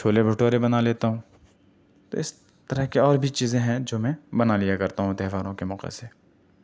چھولے بھٹورے بنا لیتا ہوں اس طرح کی اور بھی چیزیں ہیں جو میں بنا لیا کرتا ہوں تہواروں کے موقعے سے